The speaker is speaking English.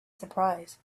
surprise